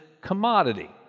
commodity